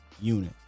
unit